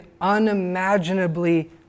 unimaginably